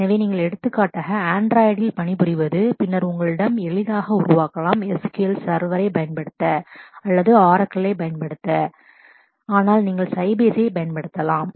எனவே நீங்கள் எடுத்துக்காட்டாக Android இல் பணிபுரிவது பின்னர் உங்களிடம் எளிதாக உருவாக்கலாம் SQL சர்வர் server பயன்படுத்த அல்லது ஆரக்கிளைப் Oracle பயன்படுத்த தேர்வு ஆனால் நீங்கள் சைபேஸைப் Sybase பயன்படுத்தலாம்